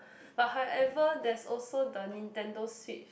but however there's also the Nintendo-Switch